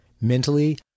Mentally